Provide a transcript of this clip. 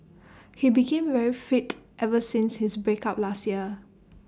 he became very fit ever since his break up last year